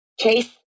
Chase